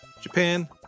Japan